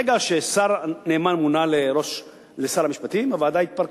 ברגע שהשר נאמן מונה לשר המשפטים, הוועדה התפרקה.